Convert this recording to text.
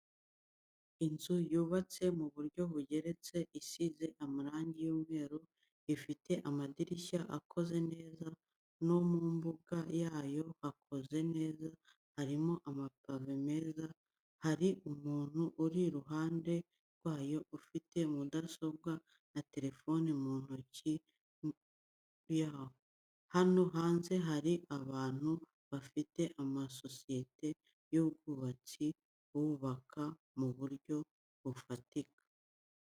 Inzu yubatse mu buryo bugeretse isize amarangi y'umweru, ifite amadirishya akoze neza no mu mbuga yayo hakoze neza harimo amapave meza, hari umuntu uri iruhande rwayo ufite mudasobwa na terefoni mu ntoki n'umukozi waho. Hano hanze hari abantu bafite amasosiyete y'ubwubatsi bubaka mu buryo bufatika.